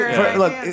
Look